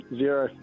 zero